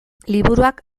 liburuak